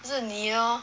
是你 orh